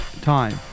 Time